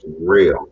real